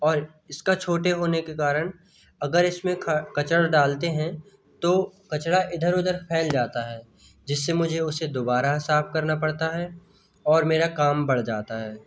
और इसका छोटे होने के कारण अगर इसमें कचरा डालते हैं तो कचरा इधर उधर फैल जाता है मुझे उसे दुबारा साफ करना पड़ता है और मेरा काम बढ़ जाता है